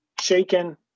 shaken